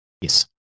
Yes